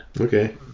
Okay